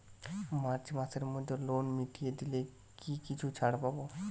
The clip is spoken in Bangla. মার্চ মাসের মধ্যে লোন মিটিয়ে দিলে কি কিছু ছাড় পাব?